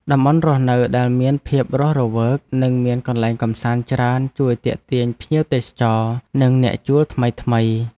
តំបន់រស់នៅដែលមានភាពរស់រវើកនិងមានកន្លែងកម្សាន្តច្រើនជួយទាក់ទាញភ្ញៀវទេសចរនិងអ្នកជួលថ្មីៗ។